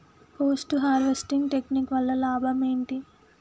Post harvesting technique వల్ల లాభం ఏంటి?